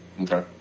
Okay